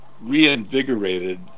reinvigorated